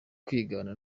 kwigana